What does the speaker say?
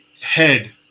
head